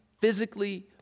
physically